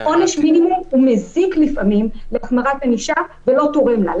עונש מינימום הוא מזיק לפעמים להחמרת ענישה ולא תורם לה.